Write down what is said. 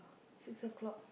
six o-clock